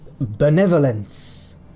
Benevolence